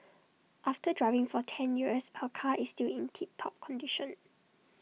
after driving for ten years her car is still in tip top condition